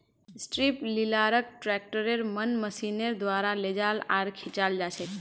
strip टीलारक ट्रैक्टरेर मन मशीनेर द्वारा लेजाल आर खींचाल जाछेक